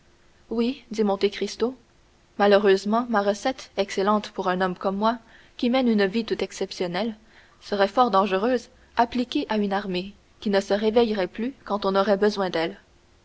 oui dit monte cristo malheureusement ma recette excellente pour un homme comme moi qui mène une vie tout exceptionnelle serait fort dangereuse appliquée à une armée qui ne se réveillerait plus quand on aurait besoin d'elle